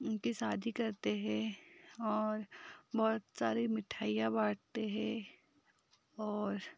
उनकी शादी करते हैं और बहुत सारी मिठाइयाँ बाँटते हैं और